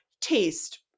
taste